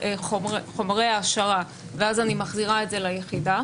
חומרי העשרה ואז אני מחזירה את זה ליחידה,